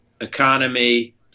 economy